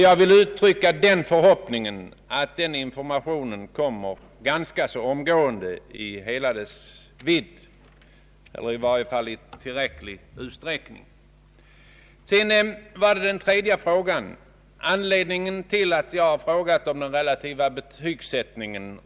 Jag vill uttrycka den förhoppningen att den ökade informationen kommer ganska omgående i hela sin vidd, eller i varje fall i tillräcklig utsträckning. Min tredje fråga i interpellationen gällde den relativa betygsättningen.